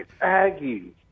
Aggie